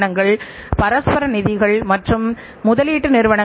6 சதவிகிதம் மாறாக 2 சதவிகிதத்தைத் தொடுகின்றன